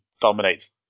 dominates